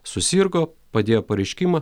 susirgo padėjo pareiškimą